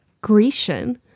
Grecian